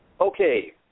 okay